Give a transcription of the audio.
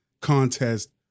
contest